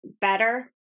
better